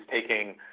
taking